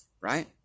right